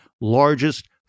largest